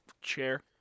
chair